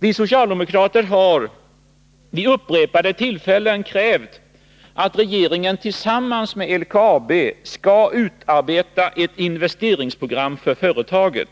Vi socialdemokrater har vid upprepade tillfällen krävt att regeringen tillsammans med LKAB skall utarbeta ett investeringsprogram för företaget.